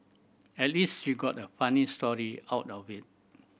at least she got a funny story out of it